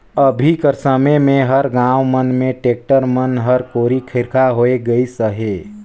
अभी कर समे मे हर गाँव मन मे टेक्टर मन हर कोरी खरिखा होए गइस अहे